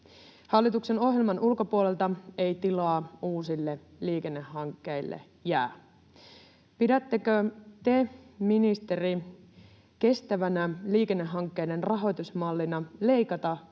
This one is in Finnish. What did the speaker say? Hallituksen ohjelman ulkopuolelta ei tilaa uusille liikennehankkeille jää. Pidättekö te, ministeri, kestävänä liikennehankkeiden rahoitusmallina leikata